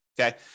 Okay